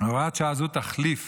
זו תחליף